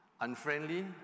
unfriendly